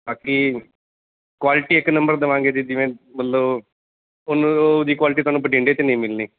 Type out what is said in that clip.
ਬਾਕੀ ਕੁਆਲਿਟੀ ਇੱਕ ਨੰਬਰ ਦਵਾਂਗੇ ਜੀ ਜਿਵੇਂ ਮਤਲਬ ਤੁਹਾਨੂੰ ਉਹਦੀ ਕੁਆਲਿਟੀ ਤੁਹਾਨੂੰ ਬਠਿੰਡੇ 'ਚ ਨਹੀਂ ਮਿਲਣੀ